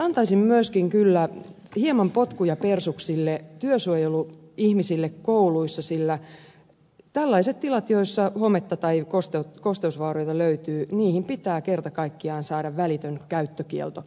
antaisimme myöskin kyllä hieman potkuja persuksille työsuojeluihmisille kouluissa sillä tällaisiin tiloihin joissa hometta tai kosteusvaurioita löytyy pitää kerta kaikkiaan saada välitön käyttökielto